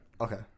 Okay